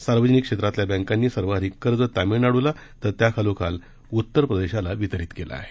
सार्वजनिक क्षेत्रातल्या बँकांनी सर्वाधिक कर्ज तोमीळनाडूला तर त्याखालोखाल उत्तर प्रदेशाला वितरित केलं आहे